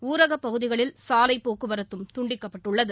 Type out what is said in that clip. ஊரகப் பகுதிகளில் சாலைப் போக்குவரத்தும் துண்டிக்கப்பட்டுள்ளது